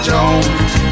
Jones